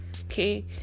Okay